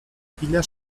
filla